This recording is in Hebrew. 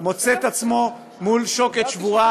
מוצא את עצמו מול שוקת שבורה,